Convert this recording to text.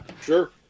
Sure